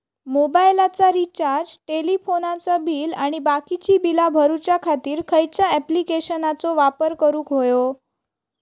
मोबाईलाचा रिचार्ज टेलिफोनाचा बिल आणि बाकीची बिला भरूच्या खातीर खयच्या ॲप्लिकेशनाचो वापर करूक होयो?